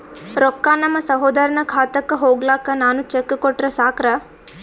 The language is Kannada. ರೊಕ್ಕ ನಮ್ಮಸಹೋದರನ ಖಾತಕ್ಕ ಹೋಗ್ಲಾಕ್ಕ ನಾನು ಚೆಕ್ ಕೊಟ್ರ ಸಾಕ್ರ?